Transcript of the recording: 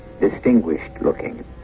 distinguished-looking